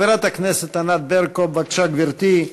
חברת הכנסת ענת ברקו, בבקשה, גברתי.